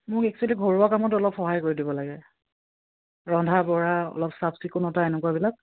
মোক এক্সুৱেলি ঘৰুৱা কামত অলপ সহায় কৰি দিব লাগে ৰন্ধা বঢ়া অলপ চাফ চিকুণতা এনেকুৱাবিলাক